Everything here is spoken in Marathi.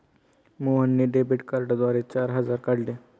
मोहनने डेबिट कार्डद्वारे चार हजार काढले